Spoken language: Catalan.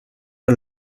per